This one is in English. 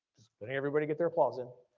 but and everybody get their applause in.